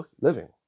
living